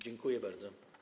Dziękuję bardzo.